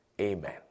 Amen